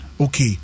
Okay